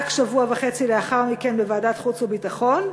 רק שבוע וחצי לאחר מכן בוועדת החוץ והביטחון,